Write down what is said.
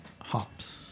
hops